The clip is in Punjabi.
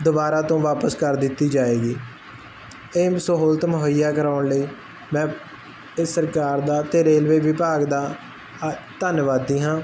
ਦੁਬਾਰਾ ਤੋਂ ਵਾਪਸ ਕਰ ਦਿੱਤੀ ਜਾਏਗੀ ਇਹ ਸਹੂਲਤ ਮੁਹੱਈਆ ਕਰਾਉਣ ਲਈ ਮੈ ਇਹ ਸਰਕਾਰ ਦਾ ਤੇ ਰੇਲਵੇ ਵਿਭਾਗ ਦਾ ਧੰਨਵਾਦੀ ਹਾਂ